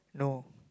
no